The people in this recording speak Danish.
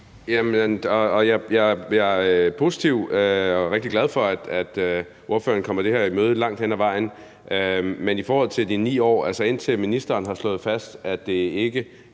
Jeg er positiv og rigtig glad for, at ordføreren langt hen ad vejen kommer det her i møde. Men i forhold til de 9 år, altså indtil ministeren har slået fast, at den del